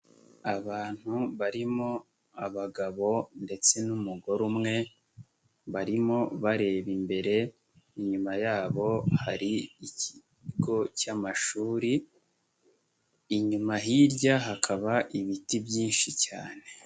Abantu barimo abagabo ndetse n'umugore umwe, barimo bareba imbere, inyuma yabo hari ikigo cy'amashuri, inyuma hirya hakaba ibiti byinshi cyane.